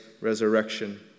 resurrection